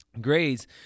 grades